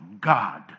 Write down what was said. God